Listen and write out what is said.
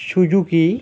Suzuki